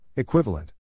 Equivalent